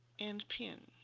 and pin.